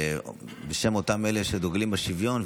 בשם אותם אלה שדוגלים בשוויון,